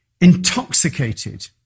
intoxicated